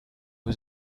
was